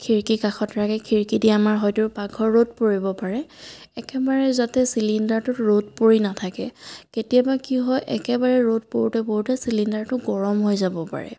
খিৰিকী কাষত ৰাখে খিৰিকী দি আমাৰ হয়তো পাকঘৰত ৰ'দ পৰিব পাৰে একেবাৰে যাতে চিলিণ্ডাৰটোত ৰ'দ পৰি নাথাকে কেতিয়াবা কি হয় একেবাৰে ৰ'দ পৰোঁতে পৰোঁতে চিলিণ্ডাৰটো গৰম হৈ যাব পাৰে